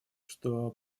что